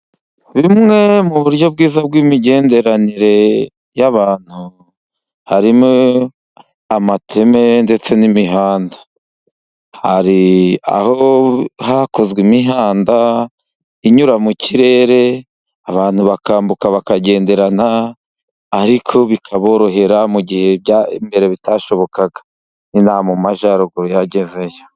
Bimwe mu buryo bwiza bw'imigenderanire y'abantu, harimo amateme ,ndetse n'imihanda .Hari aho, hakozwe imihanda inyura mu kirere ,abantu bakambuka bakagenderana, ariko bikaborohera mu gihe mbere bitashobokaga, ino aha mu majyaruguru yagezeyo.